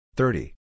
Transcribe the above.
thirty